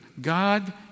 God